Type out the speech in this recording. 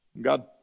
God